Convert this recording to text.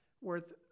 worth